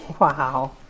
Wow